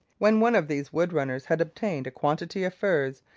when one of these wood-runners had obtained a quantity of furs,